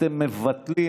אתם מבטלים